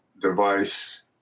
device